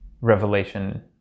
Revelation